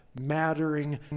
mattering